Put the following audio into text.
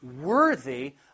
worthy